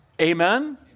Amen